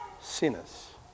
sinners